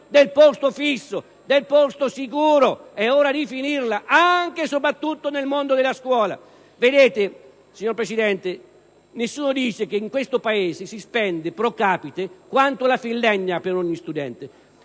del posto fisso e del posto sicuro. È ora di finirla, anche e soprattutto nel mondo della scuola. Signor Presidente, nessuno ricorda che in questo Paese spendiamo quanto la Finlandia per ogni studente: